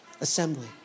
assembly